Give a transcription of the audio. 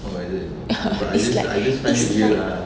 it's like it's like